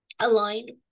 aligned